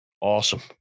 Awesome